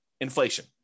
Inflation